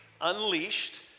Unleashed